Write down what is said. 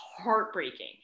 heartbreaking